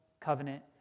covenant